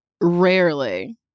Rarely